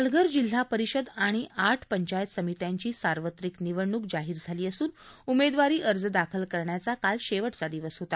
पालघर जिल्हा परिषद आणि आठ पंचायत समित्यांची सार्वत्रिक निवडणूक जाहीर झाली असून उमेदवारी अर्ज दाखल करण्याचा काल शेवटचा दिवस होता